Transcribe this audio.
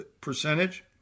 percentage